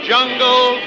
Jungle